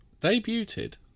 debuted